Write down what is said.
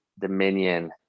Dominion